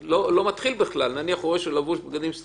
נניח שהוא רואה שהוא לבוש בבגדים של